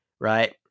right